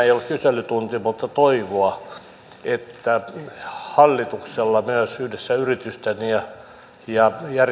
ei ole kyselytunti toivoa että hallituksella myös yhdessä yritysten ja